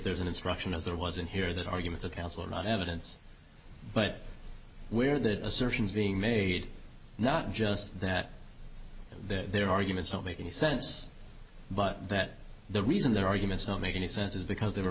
there's an instruction as there wasn't here that arguments of counsel are not evidence but where the assertions being made not just that their arguments don't make any sense but that the reason their arguments don't make any sense is because they were